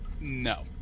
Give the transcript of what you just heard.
no